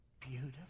beautiful